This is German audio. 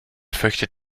fürchtet